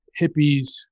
hippies